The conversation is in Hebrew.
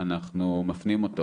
אנחנו מפנים אותו